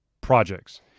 projects